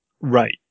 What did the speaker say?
right